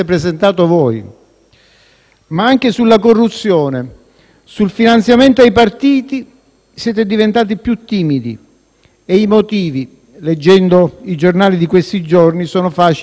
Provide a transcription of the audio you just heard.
Anche sulla corruzione e sul finanziamento ai partiti siete diventati più timidi e i motivi, leggendo i giornali di questi giorni, sono facili da immaginare.